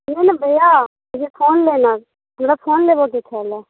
कहियौ ने बउआ मुझे फोन लेना हमरा फोन लेबऽ कऽ छलै